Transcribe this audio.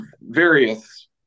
various